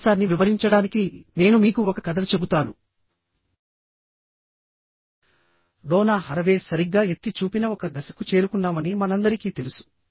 ఈ అంశాన్ని వివరించడానికి నేను మీకు ఒక కథ చెబుతాను డోనా హరవే సరిగ్గా ఎత్తి చూపిన ఒక దశకు చేరుకున్నామని మనందరికీ తెలుసు